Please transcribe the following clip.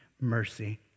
mercy